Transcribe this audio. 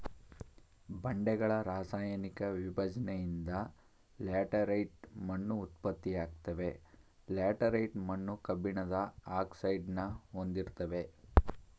ಬಂಡೆಗಳ ರಾಸಾಯನಿಕ ವಿಭಜ್ನೆಯಿಂದ ಲ್ಯಾಟರೈಟ್ ಮಣ್ಣು ಉತ್ಪತ್ತಿಯಾಗ್ತವೆ ಲ್ಯಾಟರೈಟ್ ಮಣ್ಣು ಕಬ್ಬಿಣದ ಆಕ್ಸೈಡ್ನ ಹೊಂದಿರ್ತದೆ